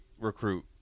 recruit